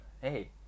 hey